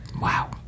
Wow